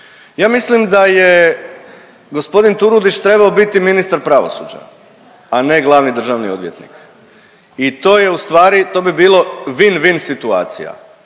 Ja mislim da je g. Turudić trebao biti ministar pravosuđa, a ne glavni državni odvjetnik i to je ustvari, to bi bilo vin-vin situacija